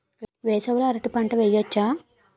వేసవి లో అరటి పంట వెయ్యొచ్చా?